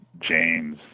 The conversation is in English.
James